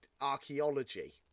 archaeology